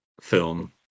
film